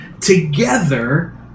together